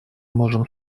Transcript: можем